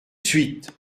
suite